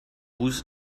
tools